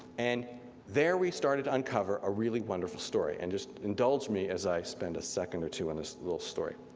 and there we started to uncover a really wonderful story. and just indulge me as i spend a second or two on this little story.